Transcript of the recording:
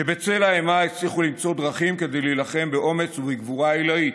שבצל האימה הצליחו למצוא דרכים להילחם באומץ ובגבורה עילאית,